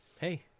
hey